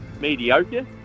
mediocre